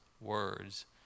words